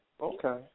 Okay